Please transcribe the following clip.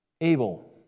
Abel